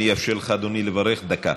אני אאפשר לך, אדוני, לברך דקה.